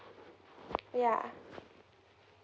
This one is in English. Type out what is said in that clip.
yeah